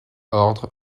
ordre